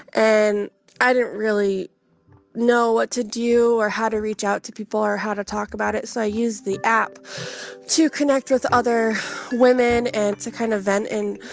and i didn't really know what to do or how to reach out to people or how to talk about it, so i used the app to connect with other women. and it's a kind of vent and,